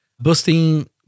boosting